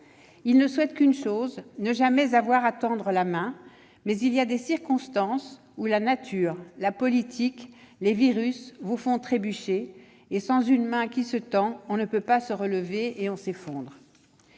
Ils ne souhaitent qu'une chose, ne jamais avoir à tendre la main, mais il y a des circonstances où la nature, la politique, les virus vous font trébucher et, sans une main qui se tend, on ne peut pas se relever et on s'effondre.